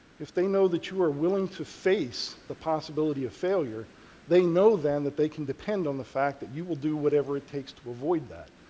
if they know that you are willing to face the possibility of failure they know then that they can depend on the fact that you will do whatever it takes to avoid that.